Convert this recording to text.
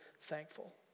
thankful